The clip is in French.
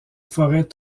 forêt